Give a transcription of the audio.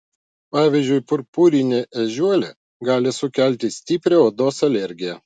pavyzdžiui purpurinė ežiuolė gali sukelti stiprią odos alergiją